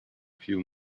few